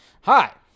Hi